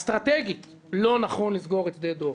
אסטרטגית לא נכון לסגור את שדה דב.